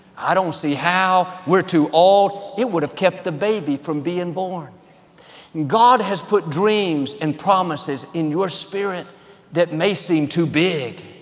i don't see how. we're too old, it would've kept the baby from being born. and god has put dreams and promises in your spirit that may seem too big,